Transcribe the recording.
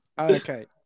Okay